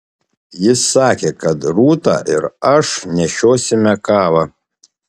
jis sakė kad rūta ir aš nešiosime kavą